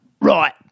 right